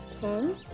ten